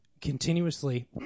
continuously